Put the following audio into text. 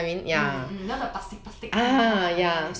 not the plastic plastic kind lah